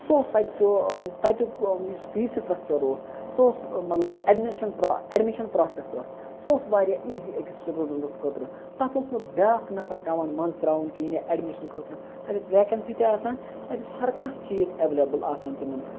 سُہ اوس تَتہِ سُہ تَتیُک یُس فی سٹرکچَر اوس سُہ اوس مَطلَب ایٚڈمِشَن پروسیٚس ٲس سُہ اوس واریاہ ایٖزی أکِس سٹوڈَنٹَس خٲطرٕ تَتھ اوس نہٕ بیاکھ نَفَر پیٚوان مَنٛزٕ تراوُن کِہیٖنۍ یا ایٚڈمِشنہٕ خٲطرٕ تَتہِ ٲس ویکَنسِی تہِ آسان تَتہِ اوس ہَر کانٛہہ چیٖز ایویلیبٕل آسان تِمَن